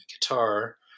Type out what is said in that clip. guitar